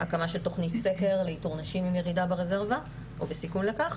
הקמה של תוכנית סקר לאיתור נשים עם ירידה ברזרבה או בסיכון לכך